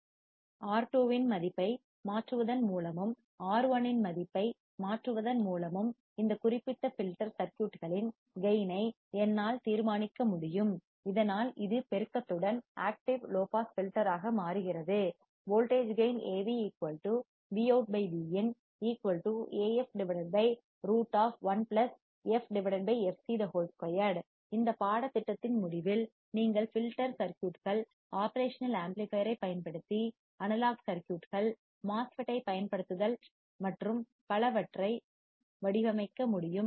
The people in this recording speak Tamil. R2 இன் மதிப்பை மாற்றுவதன் மூலமும் R1 இன் மதிப்பை மாற்றுவதன் மூலமும் இந்த குறிப்பிட்ட ஃபில்டர் சர்க்யூட்களின் கேயின் ஐ என்னால் தீர்மானிக்க முடியும் இதனால் இது பெருக்கத்துடன் amplifier active low pass filter ஆக மாறுகிறது இந்த பாடத்திட்டத்தின் முடிவில் நீங்கள் ஃபில்டர் சர்க்யூட்கள் ஒப்ரேஷனல் ஆம்ப்ளிபையர் ஐப் பயன்படுத்தி அனலாக் சர்க்யூட்கள் MOSFET ஐப் பயன்படுத்துதல் மற்றும் பலவற்றை வடிவமைக்க முடியும்